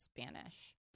Spanish